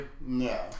No